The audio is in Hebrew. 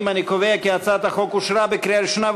להעביר את הצעת חוק הפיקוח על שירותים פיננסיים (ייעוץ,